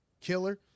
killer